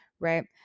right